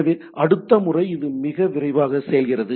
எனவே அடுத்த முறை இது மிக விரைவாகச் செய்கிறது